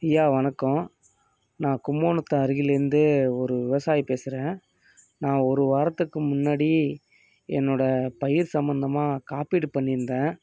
ஐயா வணக்கம் நான் கும்போணத்து அருகில் இருந்து ஒரு விவசாயி பேசுகிறேன் நான் ஒரு வாரத்துக்கு முன்னாடி என்னோடய பயிர் சம்மந்தமாக காப்பீடு பண்ணியிருந்தேன்